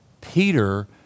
Peter